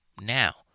Now